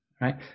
Right